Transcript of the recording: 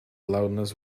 loudness